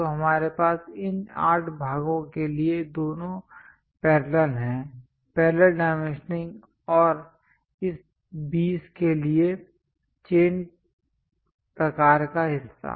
तो हमारे पास इन 8 भागों के लिए दोनों पैरेलल हैं पैरेलल डाइमेंशनिंग और इस 20 के लिए चेन प्रकार का हिस्सा